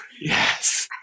Yes